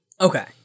Okay